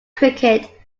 cricket